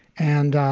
and,